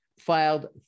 filed